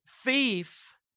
thief